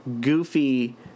goofy